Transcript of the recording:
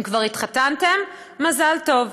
אם כבר התחתנתם, מזל טוב.